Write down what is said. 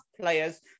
players